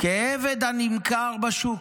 "כעבד הנמכר בשוק",